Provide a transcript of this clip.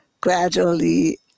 gradually